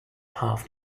half